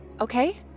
Okay